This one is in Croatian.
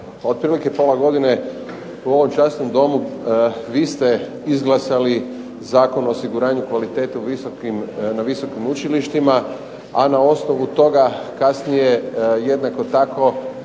otprilike pola godine u ovom časnom domu vi ste izglasali Zakon o osiguranju kvalitete na Visokim učilištima, a na osnovu toga kasnije jednako tako